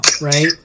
right